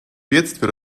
бедствий